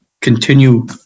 continue